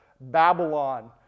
Babylon